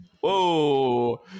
Whoa